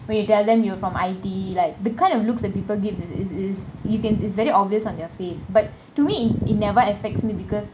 when you tell them you are from I_T_E like the kind of looks that people give uh is is you can it's very obvious on their face but to me it it never affects me because